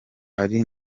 ari